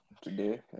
today